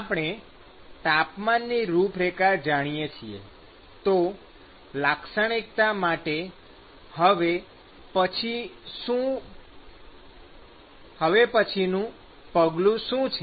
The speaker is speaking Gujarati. આપણે તાપમાનની રૂપરેખા જાણીએ છીએ તો લાક્ષણિકતા માટે હવે પછીનું પગલું શું છે